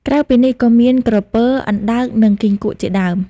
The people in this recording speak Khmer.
ក្រៅពីនេះក៏មាន ក្រពើ អណ្ដើក និង គីង្គក់ ជាដើម។